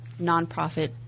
nonprofit